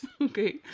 Okay